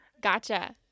Gotcha